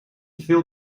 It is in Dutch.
veel